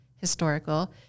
historical